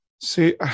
See